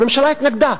הממשלה התנגדה.